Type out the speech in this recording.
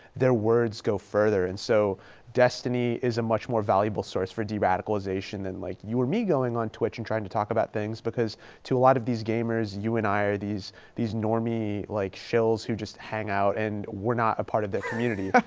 their words go further. and so destiny is a much more valuable source for de-radicalization than like you or me going on twitch and trying to talk about things because to a lot of these gamers, you and i are these these normie-like like shills who just hang out and we're not a part of that community.